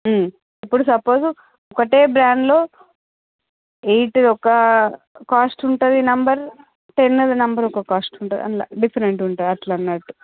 ఇప్పుడు సపోజ్ ఒకటే బ్రాండ్లో ఎయిట్ ఒకా కాస్ట్ ఉంటుంది నెంబర్ టెన్ అది నెంబర్ ఒక కాస్ట్ ఉంటుంది అలా డిఫరెంట్ ఉంటుంది అట్లనట్టు